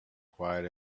quiet